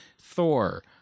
Thor